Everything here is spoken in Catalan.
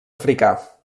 africà